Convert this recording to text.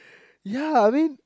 ya I mean